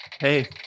Hey